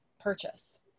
purchase